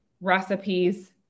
recipes